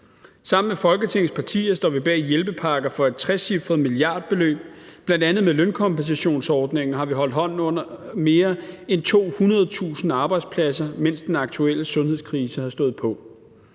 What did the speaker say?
Sammen med Folketingets partier står vi bag hjælpepakker for et trecifret milliardbeløb. Bl.a. med lønkompensationsordningen har vi holdt hånden under mere end 200.000 arbejdspladser, mens den aktuelle sundhedskrise har stået på.